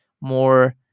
more